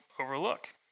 overlook